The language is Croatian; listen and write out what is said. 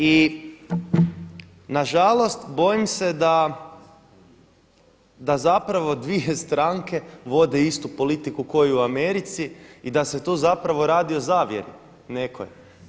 I na žalost bojim se da zapravo dvije stranke vode istu politiku kao i u Americi i da se tu zapravo radi o zavjeri nekoj.